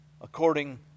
according